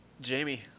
Jamie